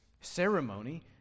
ceremony